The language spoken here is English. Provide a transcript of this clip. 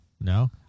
No